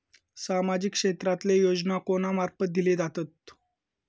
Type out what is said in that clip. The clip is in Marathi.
सामाजिक क्षेत्रांतले योजना कोणा मार्फत दिले जातत?